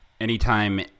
anytime